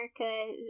America